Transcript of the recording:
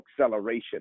acceleration